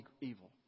evil